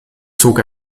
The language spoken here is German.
zog